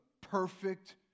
perfect